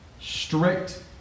strict